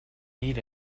need